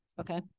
okay